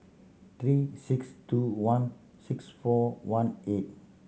three six two one six four one eight